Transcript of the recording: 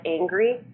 angry